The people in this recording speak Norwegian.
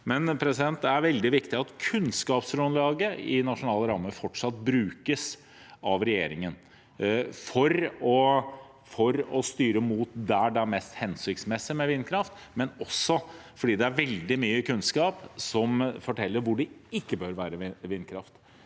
imidlertid veldig viktig at kunnskapsgrunnlaget i Nasjonal ramme fortsatt brukes av regjeringen til å styre mot der det er mest hensiktsmessig med vindkraft, også fordi det er veldig mye kunnskap som forteller hvor det ikke bør være vindkraft.